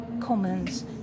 comments